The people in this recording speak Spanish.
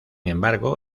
embargo